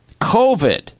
covid